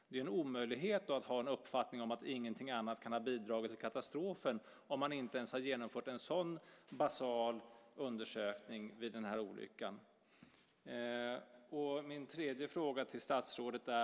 Det är en omöjlighet att ha uppfattningen att ingenting annat kan ha bidragit till katastrofen om man inte ens har genomfört en sådan basal undersökning vid den här olyckan. Jag har också en tredje fråga till statsrådet.